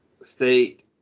State –